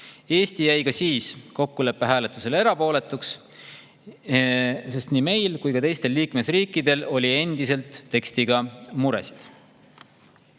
Eesti jäi ka siis kokkuleppe hääletusel erapooletuks, sest nii meil kui ka teistel liikmesriikidel oli endiselt tekstiga muresid.